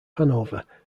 hanover